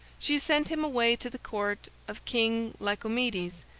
she sent him away to the court of king lycomedes,